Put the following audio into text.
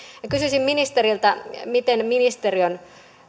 kysyisin ministeriltä miten ministeriön